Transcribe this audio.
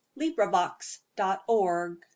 LibriVox.org